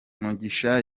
mugisha